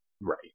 Right